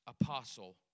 apostle